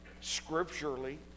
scripturally